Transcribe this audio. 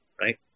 right